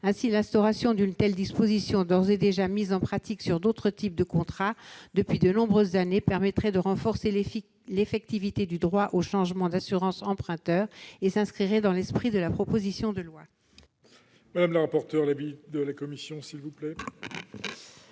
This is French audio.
Ainsi, l'instauration d'une telle disposition, d'ores et déjà mise en pratique pour d'autres types de contrats depuis de nombreuses années, permettrait de renforcer l'effectivité du droit au changement d'assurance emprunteur. Quel est l'avis de la commission